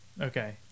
Okay